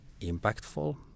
impactful